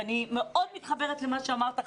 ואני מאוד מתחברת למה שאמרת,